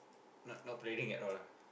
not not planning at all ah